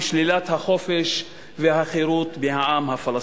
ושלילת החופש והחירות מהעם הפלסטיני.